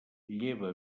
lleva